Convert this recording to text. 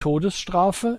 todesstrafe